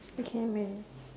I can imagine